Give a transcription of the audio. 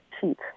cheap